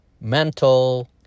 mental